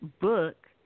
book